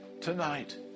tonight